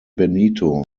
benito